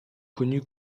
connu